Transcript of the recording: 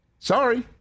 Sorry